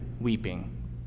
weeping